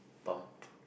bump